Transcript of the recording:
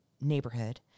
neighborhood